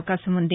అవకాశం ఉంది